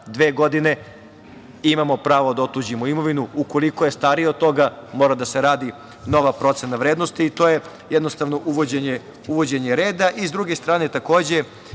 dve godine, imamo pravo da otuđimo imovinu, ukoliko je starija od toga, mora da se radi nova procena vrednosti. To je jednostavno uvođenje reda.S druge strane, takođe,